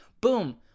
Boom